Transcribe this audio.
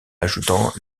ajoutant